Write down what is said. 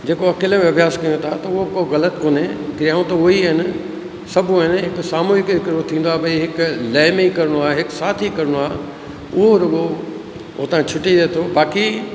जेको अकेले में अभ्यास कयूं था त उहो को ग़लति कोन्हे क्रियाऊं त उहे ई आहिनि सभु आइन त सामूहिक हिकिड़ो थींदो आहे भई हिकु लय में ई करिणो आहे हिकु साथ ई करिणो आहे उहो रुॻो उतां छुटी वेंदो बाक़ी